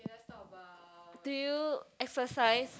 do you exercise